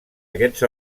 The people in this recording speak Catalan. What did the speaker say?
aquests